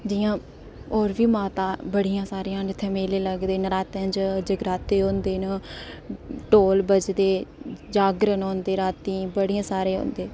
जि'यां होर बी माता बड़ियां सारियां न जित्थै मेले लगदे न नरातें च जगराते होंदे न ढोल बजदे ते जागरण होंदे रातीं बड़ियां सारे होंदे